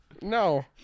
No